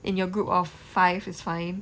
in your group of five is fine